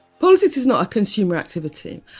politics is not a consumer activity,